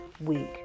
week